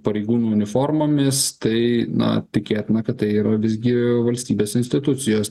pareigūnų uniformomis tai na tikėtina kad tai yra visgi valstybės institucijos